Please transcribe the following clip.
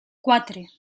quatre